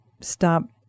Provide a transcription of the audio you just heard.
stop